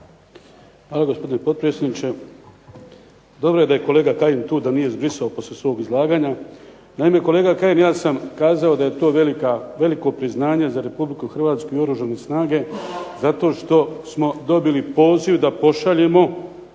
Hvala gospodine potpredsjedniče. Dobro je da je kolega tajnik tu, da nije zbrisao poslije svog izlaganja. Naime, kolega Kajin ja sam kazao da je to veliko priznanje za Republiku Hrvatsku i Oružane snage zato što smo dobili poziv da pošaljemo